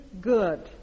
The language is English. good